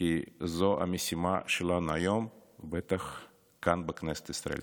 כי זאת המשימה שלנו היום, בטח כאן, בכנסת ישראל.